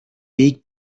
big